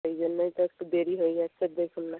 সেই জন্যই তো একটু দেরি হয়ে গিয়েছে দেখুন না